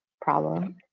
problem